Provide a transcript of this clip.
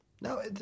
No